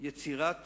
יצירת